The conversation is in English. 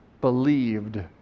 believed